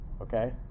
Okay